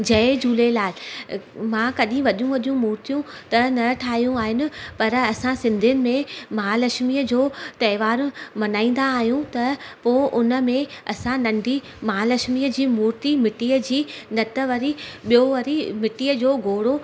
जय झूलेलाल मां कॾी वॾियूं वॾियूं मूर्तियूं त न ठाहियूं आहिनि पर असां सिंधियुनि में महालक्ष्मीअ जो तहिवारु मल्हाईंदा आहियूं त पोइ उन में असां नंढी महालक्ष्मीअ जी मूर्ती मिटीअ जी न त वरी ॿियो वरी मिटीअ जो घोड़ो